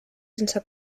sense